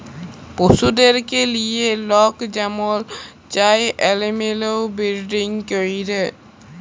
পশুদেরকে লিঁয়ে লক যেমল চায় এলিম্যাল বিরডিং ক্যরে